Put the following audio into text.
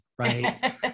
Right